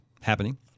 happening